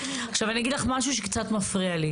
עכשיו, אני אגיד לך משהו שקצת מפריע לי.